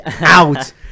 out